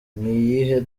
iyihe